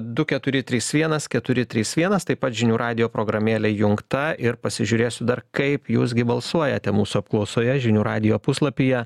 du keturi trys vienas keturi trys vienas taip pat žinių radijo programėlė įjungta ir pasižiūrėsiu dar kaip jūs gi balsuojate mūsų apklausoje žinių radijo puslapyje